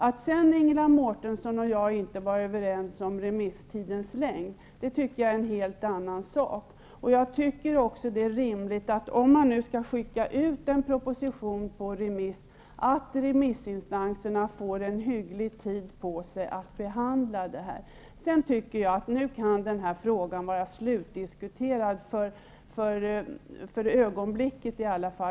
Att sedan Ingela Mårtensson och jag inte var överens om remisstidens längd tycker jag är en helt annan sak. Jag tycker också att det är rimligt, om man nu skall skicka en proposition på remiss, att remissinstanserna får en hygglig tid på sig att behandla förslaget. Sedan tycker jag att den här frågan kan vara slutdiskuterad, i alla fall för ögonblicket.